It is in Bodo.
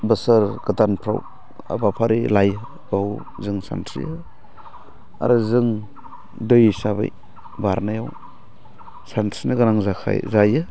बोसोर गोदानफोराव हाबाफारि लायो बेयाव जों सानस्रियो आरो जों दै हिसाबै बारनायाव सानस्रिनो गोनां जायो